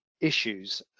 Issues